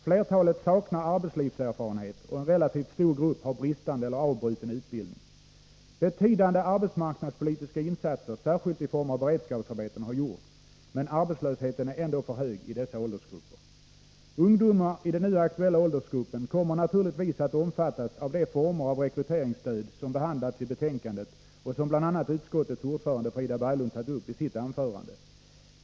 Flertalet saknar arbetslivserfarenhet, och en relativt stor grupp har bristande eller avbruten utbildning. Betydande arbetsmarknadspolitiska insatser, särskilt i form av beredskapsarbeten, har gjorts, men arbetslösheten i dessa åldersgrupper är ändå för hög. Ungdomar i den nu aktuella åldersgruppen kommer naturligtvis att omfattas av de former av rekryteringsstöd som behandlats i betänkandet och som bl.a. utskottets ordförande, Frida Berglund, tagit upp i sitt anförande.